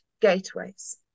gateways